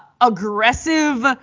aggressive